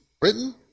Britain